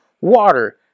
Water